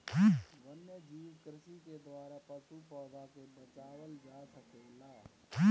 वन्यजीव कृषि के द्वारा पशु, पौधा के बचावल जा सकेला